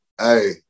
Hey